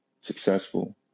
successful